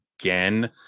again